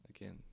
Again